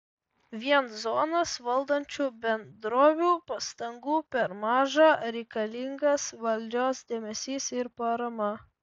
vien zonas valdančių bendrovių pastangų per maža reikalingas valdžios dėmesys ir parama